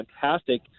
fantastic